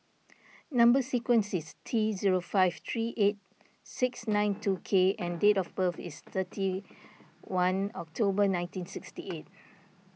Number Sequence is T zero five three eight six nine two K and date of birth is thirty one October nineteen sixty eight